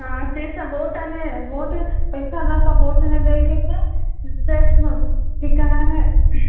हाँ से सभ वोट आने वोट पैसा लऽ कऽ वोट नहि दय छै तेइस मे ई कहै हय